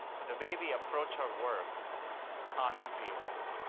but the way we approach our work is constantly evolving.